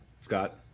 Scott